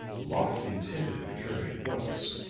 locke intended returning at once,